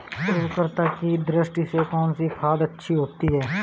उर्वरकता की दृष्टि से कौनसी खाद अच्छी होती है?